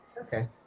Okay